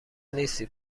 نیستی